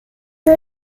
the